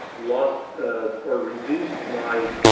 lost ah or reduced my